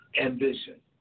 ambition